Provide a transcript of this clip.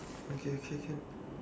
okay okay can